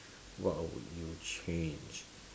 what would you change